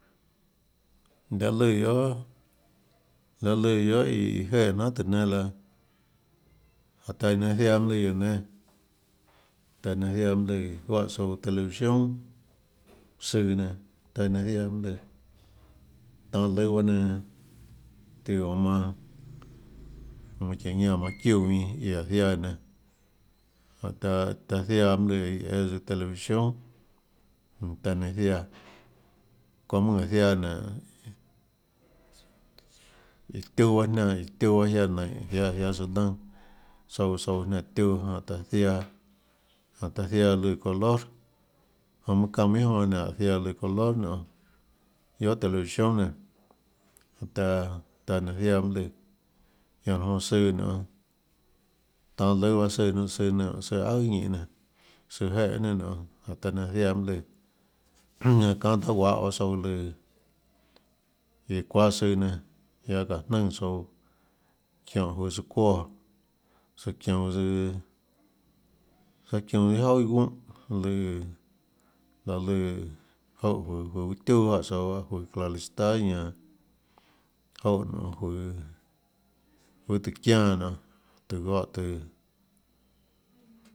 Laê lùã guiohà laê lùã guioh iã jeè jnanhà tùhå nénâ laã jáhå taã iã nenã ziaã mønâ lùã guióå nénâ taã iã nenã ziaã mønâ lùã juáhã tsouã televisión søã nenã taã nenã ziaãmønâ lùã tanå lùã baâ nenã tíã oå manã manã çiáhå ñánã manã çiúã ðuinã iã áå ziaã nenã jáhå tiaã tiaã ziaã mønâ lùã iã õâ televisión taã nenã ziaã çounê mønâ áå ziaã nénå iã tiuã bahâ jniánã iã tiuã bahâ jniánã nainhå jniánã jniánã tsøã lønâ tsouã tsouã jniánã tiuã jáhå taã ziaã jáhå taã ziaã lùã color jonã çanã minhà jonã nénå áhå ziaã iã lùã color nionê guiohà television nénã taã taã nenã ziaã mønâ lùã ñanã raã jonã søã nionê tanå lùâ bahâ søã nenã søã nenã søã aùà iâ ninê nenã søã jeèe nenã nionê jánhå taã nenã ziaã mønâ lùã ñaã çánâ taâ guahå baâ tsouã lùã iã çuáâ søã nenã ñanã çaã jnùnã tsouã çióhå juøå tsøã çuóã søã çionå tsøã søã çionå tsøã iâ jouà iâ guúnã lùã láhãlùã joúhã juøå juøã tiuà juáhã tsouã lahâ juøå tlalista ñanã joúhã nonê juøå tùhå çiánã nonê tùhå goè tùhå.